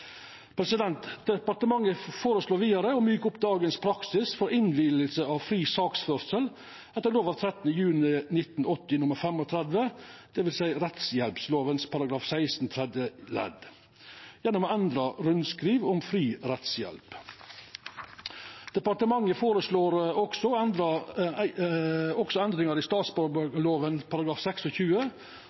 Departementet føreslår vidare å mjuka opp dagens praksis for innvilging av fri saksførsel etter lov av 13. juni 1980 nr. 35, dvs. rettshjelpsloven, § 16 tredje ledd gjennom å endra rundskriv om fri rettshjelp. Departementet føreslår også